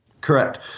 Correct